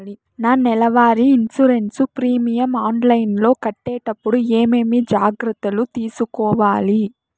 నా నెల వారి ఇన్సూరెన్సు ప్రీమియం ఆన్లైన్లో కట్టేటప్పుడు ఏమేమి జాగ్రత్త లు తీసుకోవాలి?